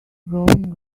growing